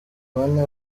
bane